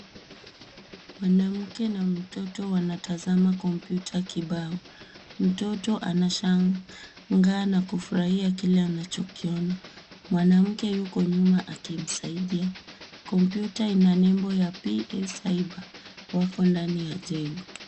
Mwanamke na mtoto wanatazama kompyuta kibao. Mtoto anashangaa na kufurahia kile anachokiona. Mwanamke yuko nyuma akimsaidia. Kompyuta ina nembo ya PA Cyber. Wako ndani ya jengo.